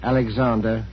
Alexander